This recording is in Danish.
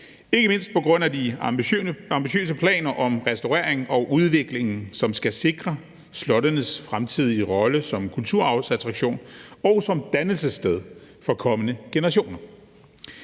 ikke mindst på grund af de ambitiøse planer om restaurering og udvikling, som skal sikre slottenes fremtidige rolle som kulturarvsattraktion og som dannelsessted for kommende generationer.